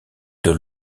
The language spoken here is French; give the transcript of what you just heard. deux